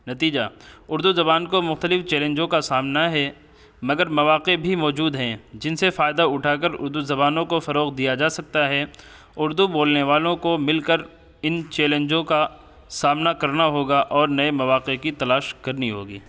نتیجہ اردو زبان کو مختلف چیلنجوں کا سامنا ہے مگر مواقع بھی موجود ہیں جن سے فائدہ اٹھا کر اردو زبانوں کو فروغ دیا جا سکتا ہے اردو بولنے والوں کو مل کر ان چیلنجوں کا سامنا کرنا ہوگا اور نئے مواقع کی تلاش کرنی ہوگی